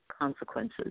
consequences